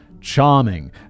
charming